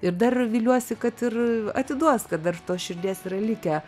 ir dar viliuosi kad ir atiduos kad dar tos širdies yra likę